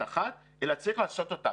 אלא צריך לעשות אותם.